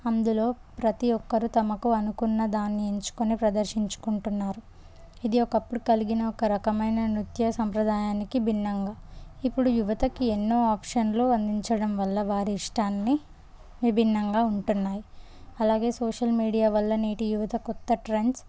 అందులో ప్రతీ ఒక్కరూ తమకు అనుకున్న దాన్ని ఎంచుకొని ప్రదర్శించుకుంటున్నారు ఇది ఒకప్పుడు కలిగిన ఒక రకమైన నృత్య సంప్రదాయానికి భిన్నంగా ఇప్పుడు యువతకి ఎన్నో ఆప్షన్లు అందించడం వల్ల వారి ఇష్టాన్ని విభిన్నంగా ఉంటున్నాయి అలాగే సోషల్ మీడియా వల్ల నీటి యువత క్రొత్త ట్రెండ్స్